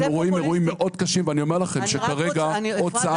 אנחנו רואים אירועים מאוד קשים ואני אומר לכם שכרגע --- אפרת,